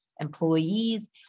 employees